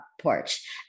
porch